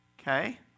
Okay